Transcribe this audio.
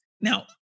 Now